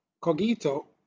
Cogito